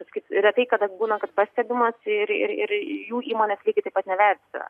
jos kaip retai kada būna kad pastebimos ir ir jų įmonės lygiai taip pat nevertina